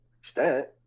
extent